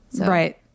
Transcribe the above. Right